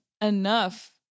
enough